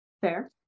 Fair